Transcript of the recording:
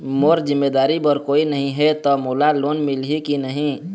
मोर जिम्मेदारी बर कोई नहीं हे त मोला लोन मिलही की नहीं?